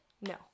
No